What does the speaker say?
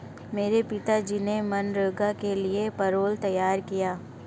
मेरे पिताजी ने मनरेगा के लिए पैरोल तैयार किया